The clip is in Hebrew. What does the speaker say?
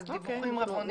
אלו דיווחים רבעוניים,